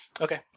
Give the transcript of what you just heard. Okay